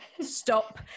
stop